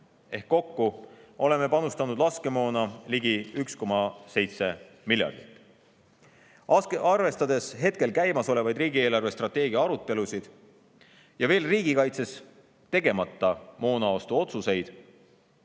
Ehk kokku oleme panustanud laskemoona ligi 1,7 miljardit. Arvestades hetkel käimasolevaid riigi eelarvestrateegia arutelusid ja veel riigikaitses tegemata moonaostuotsuseid,